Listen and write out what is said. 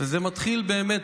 וזה מתחיל באמת